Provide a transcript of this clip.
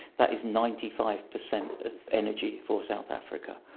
that is ninety five percent of energy for south africa.